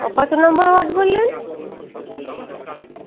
ও কত নম্বর ওয়ার্ড বললেন